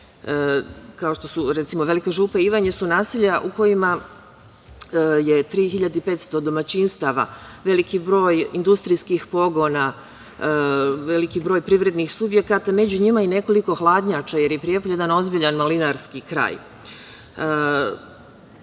kao što je Velika župa i Ivanje, su naselja u kojima je 3500 domaćinstava, veliki broj industrijskih pogona, veliki broj privrednih subjekata, a među njima i nekoliko hladnjača, jer je Prijepolje, jedan ozbiljan malinarski kraj. Kada